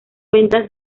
ventas